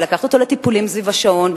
ולקחת אותו לטיפולים סביב השעון,